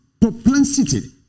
propensity